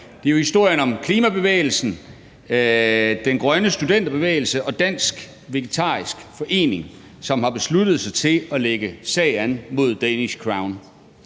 Det var historien om Klimabevægelsen i Danmark, Den Grønne Studenterbevægelse og Dansk Vegetarisk Forening, som har besluttet sig for at lægge sag an mod Danish Crown.